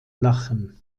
lachen